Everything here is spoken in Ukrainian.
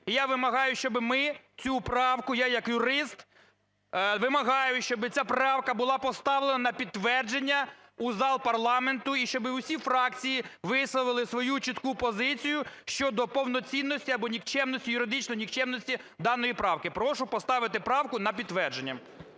Я вимагаю, щоби ми цю правку, я як юрист вимагаю, щоб ця правка була поставлена на підтвердження у зал парламенту, і щоб усі фракції висловили свою чітку позицію щодо повноцінності або нікчемності, юридичної нікчемності даної правки. Прошу поставити правку на підтвердження.